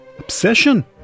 Obsession